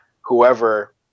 whoever